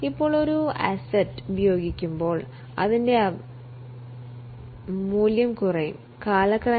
നമ്മൾ ഒരു അസറ്റ് ഉപയോഗിക്കുമ്പോൾ അവയ്ക്ക് മൂല്യം നഷ്ടപ്പെടും